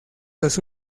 los